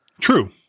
True